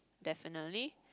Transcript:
definitely